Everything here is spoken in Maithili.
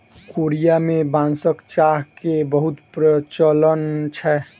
कोरिया में बांसक चाह के बहुत प्रचलन छै